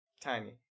tiny